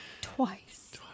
Twice